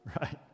right